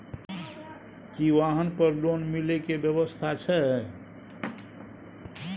की वाहन पर लोन मिले के व्यवस्था छै?